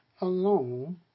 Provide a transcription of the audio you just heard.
alone